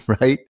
right